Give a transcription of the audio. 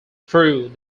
through